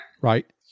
right